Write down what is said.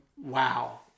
Wow